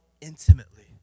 intimately